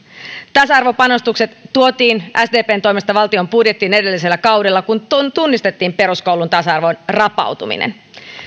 tasa arvopanostukset tuotiin sdpn toimesta valtion budjettiin edellisellä kaudella kun tunnistettiin peruskoulun tasa arvon rapautuminen